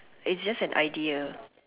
is just an idea